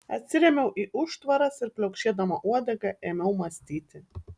atsirėmiau į užtvaras ir pliaukšėdama uodega ėmiau mąstyti